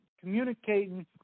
communicating